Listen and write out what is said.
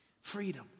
Freedom